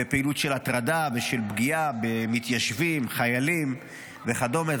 פעילות של הטרדה ושל פגיעה במתיישבים ובחיילים וכדומה.